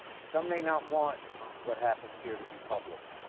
some may not want what happens here to be public.